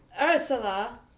Ursula